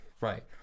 right